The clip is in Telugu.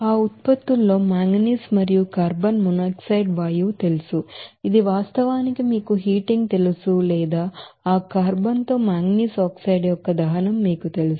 ఆ ఉత్పత్తుల్లో మాంగనీస్ మరియు కార్బన్ మోనాక్సైడ్ వాయువు తెలుసు ఇది వాస్తవానికి మీకు హీటింగ్ తెలుసు లేదా ఆ కార్బన్ తో ఆ మాంగనీస్ ఆక్సైడ్ యొక్క కంబషన్ మీకు తెలుసు